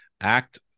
act